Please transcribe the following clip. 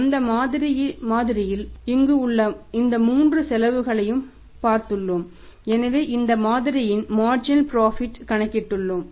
அந்த மாதிரியில் இங்கு உள்ள இந்த மூன்று செலவுகளையும் பாதித்துள்ளோம் எனவே இந்த மாதிரியிலிருந்து மார்ஜினல் புரோஃபிட் கணக்கிட்டுள்ளோம்